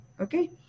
Okay